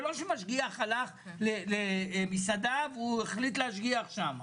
זה לא שמשגיח הלך למסעדה, והוא החליט להשגיח שם.